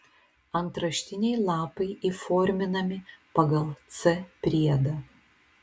antraštiniai lapai įforminami pagal c priedą